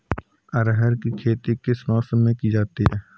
अरहर की खेती किस मौसम में की जाती है?